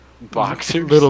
Boxers